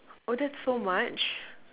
oh that's so much